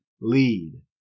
lead